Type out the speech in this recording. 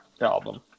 album